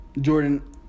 Jordan